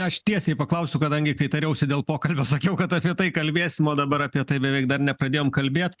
aš tiesiai paklausiu kadangi kai tariausi dėl pokalbio sakiau kad apie tai kalbėsim o dabar apie tai beveik dar nepradėjom kalbėt